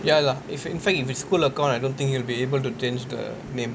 ya lah if in fact if it's school account I don't think he'll be able to change the name